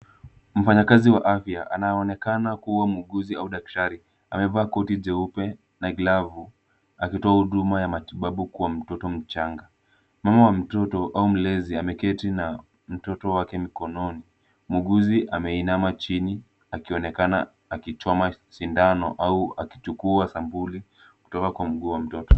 Mfanyakazi wa afya anaonekana kuwa muuguzi ama daktari amevaa koti jeupe na glavu akitoa huduma ya matibabu kwa mtoto mchanga. Mama wa mtoto au mlezi ameketi na mtoto wake mkononi. Muuguzi ameinama chini akionekana akichoma sindano au akichukua sampuli kutoka kwa mguu wa mtoto.